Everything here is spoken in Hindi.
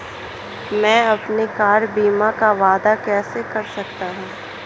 मैं अपनी कार बीमा का दावा कैसे कर सकता हूं?